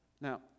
Now